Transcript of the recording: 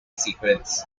secrets